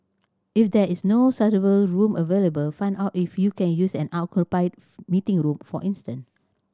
if there is no suitable room available find out if you can use an unoccupied meeting room for instance